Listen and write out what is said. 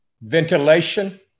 ventilation